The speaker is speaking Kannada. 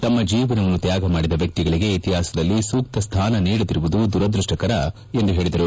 ತಮ್ನ ಜೀವನವನ್ನು ತ್ಯಾಗ ಮಾಡಿದ ವ್ಯಕ್ತಿಗಳಿಗೆ ಇತಿಹಾಸದಲ್ಲಿ ಸೂಕ್ತ ಸ್ವಾನ ನೀಡದಿರುವುದು ದುರದೃಷ್ಟಕರ ಎಂದು ಹೇಳಿದರು